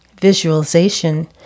visualization